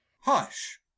Hush